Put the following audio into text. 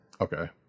Okay